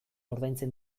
ordaintzen